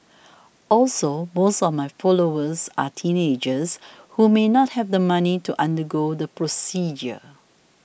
also most of my followers are teenagers who may not have the money to undergo the procedure